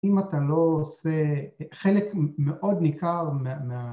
‫אם אתה לא עושה חלק מאוד ניכר מה...